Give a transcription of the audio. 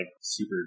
super